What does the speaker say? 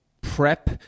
prep